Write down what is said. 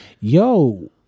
Yo